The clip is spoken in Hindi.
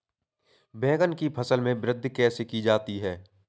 बैंगन की फसल में वृद्धि कैसे की जाती है?